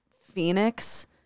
Phoenix